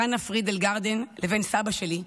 בין חנה פרידל גארדין, לבין סבא שלי,